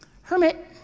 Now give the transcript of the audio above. Hermit